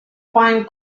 find